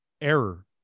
error